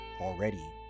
already